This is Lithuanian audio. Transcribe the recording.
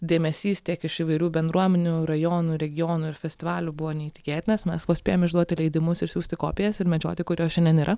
dėmesys tiek iš įvairių bendruomenių rajonų regionų ir festivalių buvo neįtikėtinas mes vos spėjam išduoti leidimus išsiųsti kopijas ir medžioti kur jos šiandien yra